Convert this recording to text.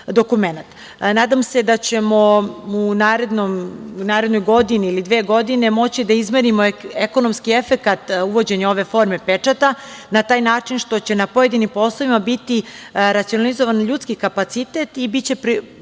dokument. Nadam se da ćemo u narednoj godini ili dve godine moći da izmerimo ekonomski efekat uvođenja ove forme pečata, na taj način što će na pojedinim poslovima biti racionalizovan ljudski kapacitet i biće preusmeren